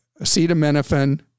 acetaminophen